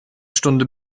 stunde